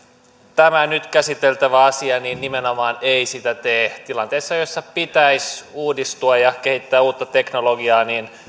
tämä nyt käsiteltävä asia nimenomaan ei sitä tee tilanteessa jossa pitäisi uudistua ja kehittää uutta teknologiaa